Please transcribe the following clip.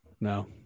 No